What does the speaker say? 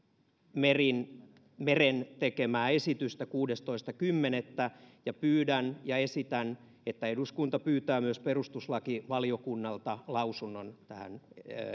meren meren tekemää esitystä päivästä kuudestoista kymmenettä ja pyydän ja esitän että eduskunta pyytää myös perustuslakivaliokunnalta lausunnon tähän